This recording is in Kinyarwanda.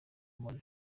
muriro